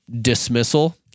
dismissal